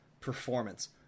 performance